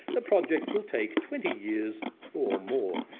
the project will take twenty years, or more,